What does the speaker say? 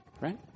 right